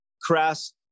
crass